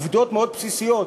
עובדות מאוד בסיסיות,